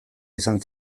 izan